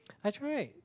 ice cream right